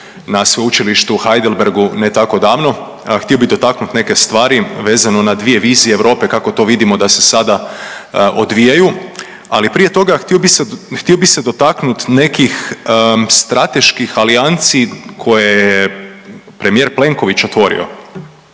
na sveučilištu u Heidelbergu ne tako davno, htio bih dotaknuti neke stvari vezano na dvije vizije Europe kako to vidimo da se sada odvijaju, ali prije toga, htio bih se dotaknuti nekih strateških alijanci koje je premijer Plenković otvorio.